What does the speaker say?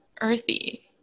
earthy